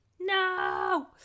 No